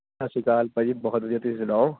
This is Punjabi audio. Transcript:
ਸਤਿ ਸ਼੍ਰੀ ਅਕਾਲ ਭਾਅ ਜੀ ਬਹੁਤ ਵਧੀਆ ਤੁਸੀਂ ਸੁਣਾਓ